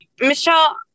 Michelle